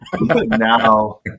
now